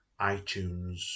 iTunes